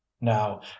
now